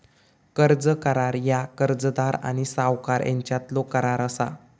कर्ज करार ह्या कर्जदार आणि सावकार यांच्यातलो करार असा